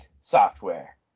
software